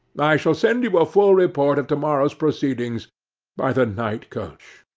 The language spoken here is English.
i shall send you a full report of to-morrow's proceedings by the night coach